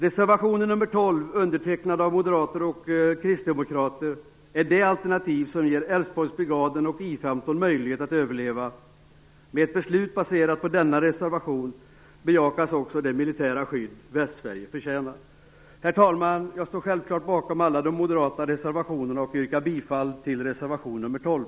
Reservation nr 12, undertecknad av moderater och kristdemokrater, är det alternativ som ger Älvsborgsbrigaden och I 15 möjlighet att överleva. Med ett beslut baserat på denna reservation bejakas också det militära skydd som Västsverige förtjänar. Herr talman! Jag står självfallet bakom alla de moderata reservationerna och yrkar bifall till reservation nr 12.